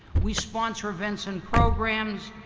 we sponsor events and programs,